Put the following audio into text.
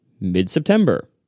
mid-September